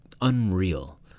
unreal